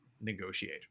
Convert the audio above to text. negotiate